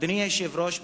אדוני היושב-ראש,